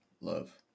Love